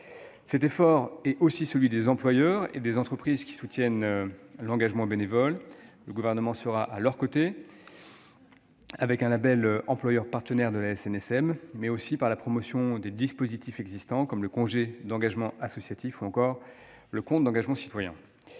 Cet effort sera partagé par les employeurs et les entreprises qui soutiennent l'engagement bénévole. Le Gouvernement sera à leur côté, en proposant un label d'employeur-partenaire de la SNSM et en assurant la promotion des dispositifs existants, comme le congé d'engagement associatif, ou encore le compte d'engagement citoyen.